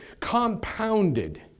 compounded